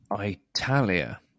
Italia